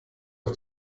auf